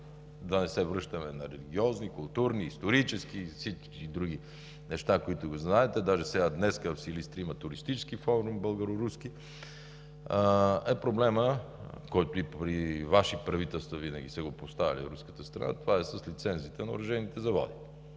да не се връщаме на религиозни, културни, исторически и всякакви други неща, които знаете, даже днес в Силистра има туристически българо-руски форум, е проблемът, който и при Ваши правителства винаги са поставяли от руската страна, това е с лицензиите на оръжейните заводи.